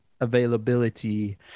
availability